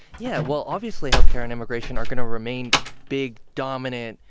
yeah. well, obviously, health care and immigration are going to remain big, dominant,